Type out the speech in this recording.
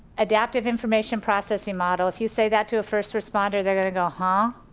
adaptive information processing model, if you say that to a first responder, they're gonna go huh,